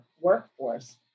workforce